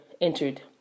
entered